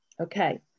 okay